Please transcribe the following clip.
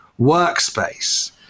workspace